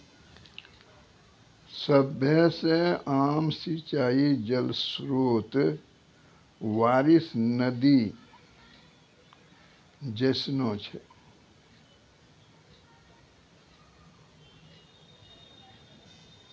सभ्भे से आम सिंचाई जल स्त्रोत बारिश, नदी जैसनो छै